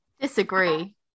disagree